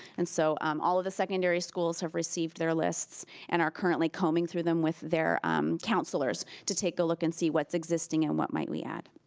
and so um all of the secondary schools have received their lists ad and are currently combing through them with their um councilors to take a look and see what's existing and what might we add.